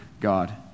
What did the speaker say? God